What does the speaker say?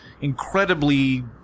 incredibly